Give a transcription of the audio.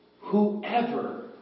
whoever